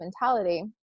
mentality